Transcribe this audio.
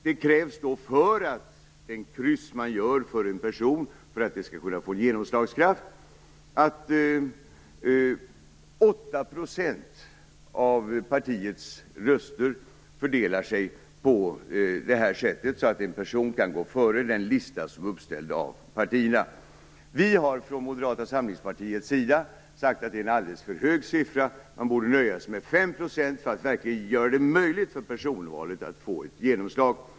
Det krävs för att ett kryss som man sätter för en person skall få genomslagskraft att 8 % av partiets röster fördelar sig på det här sättet. Då kan en person gå före den lista som är uppställd av partierna. Vi har från Moderata samlingspartiets sida sagt att det är en alldeles för hög siffra. Man borde nöja sig med 5 % för att verkligen göra det möjligt för personvalet att få genomslag.